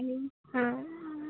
आनी आ